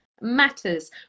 matters